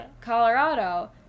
Colorado